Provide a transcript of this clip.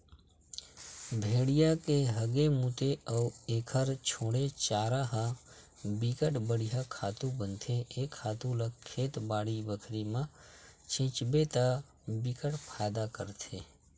भेड़िया के हागे, मूते अउ एखर छोड़े चारा ह बिकट बड़िहा खातू बनथे ए खातू ल खेत, बाड़ी बखरी म छितबे त बिकट फायदा करथे